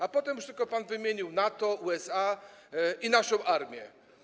A potem już tylko pan wymienił NATO, USA i naszą armię.